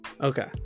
Okay